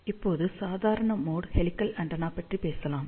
இப்போது சாதாரண mode helical antenna பற்றி பேசலாம்